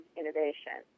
innovation